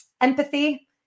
Empathy